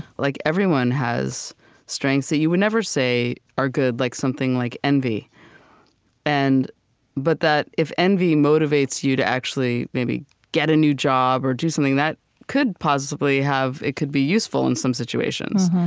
like everyone has strengths that you would never say are good, like something like envy and but if envy motivates you to actually, maybe, get a new job, or do something, that could possibly have it could be useful in some situations.